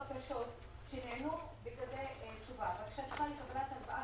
בקשות שנענו בתשובה כזו: בקשתך לקבלת הלוואה